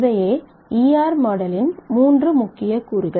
இவையே ER மாடலின் 3 முக்கிய கூறுகள்